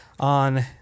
On